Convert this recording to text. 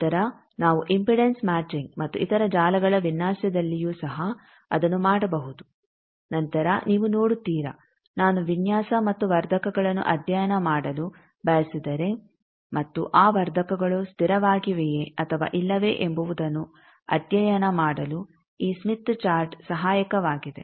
ನಂತರ ನಾವು impedance matching ಮತ್ತು ಇತರ ಜಾಲಗಳ ವಿನ್ಯಾಸದಲ್ಲಿಯೂ ಸಹ ಅದನ್ನು ಮಾಡಬಹುದು ನಂತರ ನೀವು ನೋಡುತ್ತೀರ ನಾನು ವಿನ್ಯಾಸ ಮತ್ತ್ತು ವರ್ಧಕಗಳನ್ನು ಅಧ್ಯಯನ ಮಾಡಲು ಬಯಸಿದರೆ ಮತ್ತು ಆ ವರ್ಧಕಗಳು ಸ್ಥಿರವಾಗಿವೆಯೇ ಅಥವಾ ಇಲ್ಲವೇ ಎಂಬುವುದನ್ನು ಅಧ್ಯಯನ ಮಾಡಲು ಈ ಸ್ಮಿತ್ ಚಾರ್ಟ್ ಸಹಾಯಕವಾಗಿದೆ